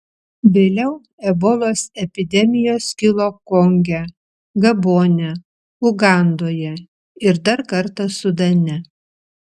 vėliau ebolos epidemijos kilo konge gabone ugandoje ir dar kartą sudane